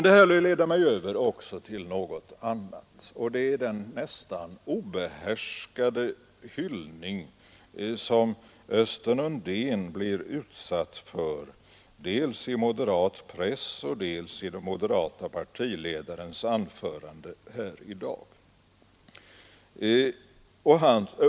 Detta leder mig över till något annat; det är de nästan obehärskade hyllningar som Östen Undén blivit utsatt för dels i moderatpress, dels i den moderata partiledarens anförande här i dag.